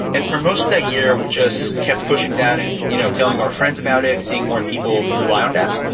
and for most of that year we just kept pushing data and you know telling our friends about it, seeing more people rely on that.